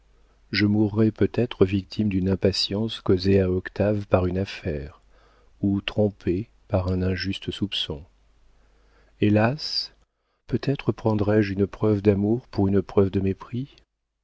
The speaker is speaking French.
je mourrai peut-être victime d'une impatience causée à octave par une affaire ou trompée par un injuste soupçon hélas peut-être prendrai-je une preuve d'amour pour une preuve de mépris